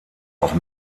auch